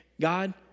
God